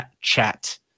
chat